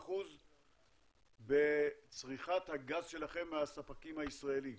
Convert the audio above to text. ל-20% בצריכת הגז שלכם מהספקים הישראלים.